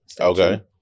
Okay